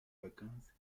vacances